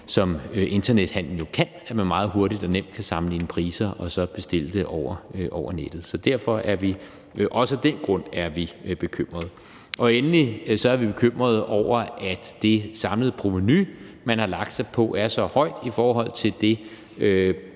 nemlig gøre det muligt, at man meget hurtigt og nemt kan sammenligne priser og så bestille det over nettet. Også af den grund er vi bekymret. Endelig er vi bekymrede over, at det samlede provenu, man har lagt sig på, er så højt i forhold til det